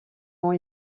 ont